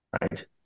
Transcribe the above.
right